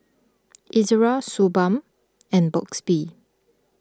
Ezerra Suu Balm and Burt's Bee